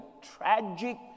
tragic